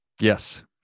Yes